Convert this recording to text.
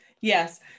Yes